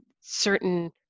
certain